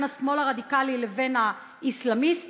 בין השמאל הרדיקלי לבין האסלאמיסטים.